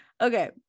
okay